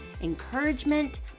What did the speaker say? encouragement